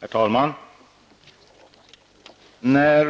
Herr talman! När